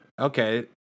Okay